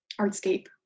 Artscape